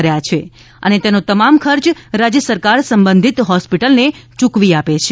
કર્યા છે અને તેનો તમામ ખર્ચ રાજ્ય સરકાર સંબંધિત હોસ્પિટલને યૂકવી આપે છે